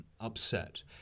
upset